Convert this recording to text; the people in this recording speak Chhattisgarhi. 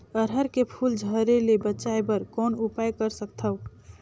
अरहर के फूल झरे ले बचाय बर कौन उपाय कर सकथव?